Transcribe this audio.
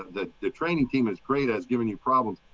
the the training team as great as giving you problems,